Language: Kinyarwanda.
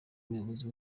umuyobozi